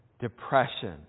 depression